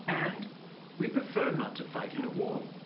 and we prefer not to fight in a war.